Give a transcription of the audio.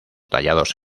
tallados